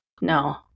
no